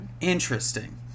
Interesting